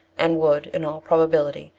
and would, in all probability,